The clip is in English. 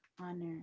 honor